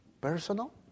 Personal